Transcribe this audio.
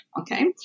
okay